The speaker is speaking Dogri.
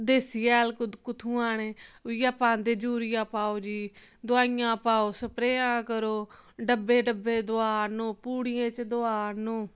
देसी हैल कुत्थुआं आह्ने उ'ऐ पांदे यूरिया पाओ जी दवाइयां पाओ सप्रेआं करो डब्बे डब्बे दवा आह्नो पुड़ियें च दवा आह्नो